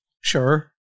Sure